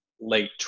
late